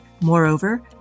Moreover